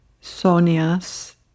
Sonia's